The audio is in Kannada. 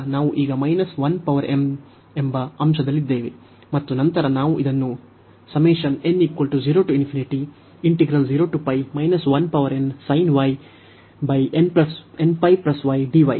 ಇದನ್ನು ಬಳಸುವುದರಿಂದ ನಾವು ಈಗ ಎಂಬ ಅಂಶದಲ್ಲಿದ್ದೇವೆ ಮತ್ತು ನಂತರ ನಾವು ಇದನ್ನು ಅದೇ ಅವಿಭಾಜ್ಯ ಅದು ಇಲ್ಲಿದೆ